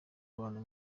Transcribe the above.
abantu